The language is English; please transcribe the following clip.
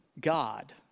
God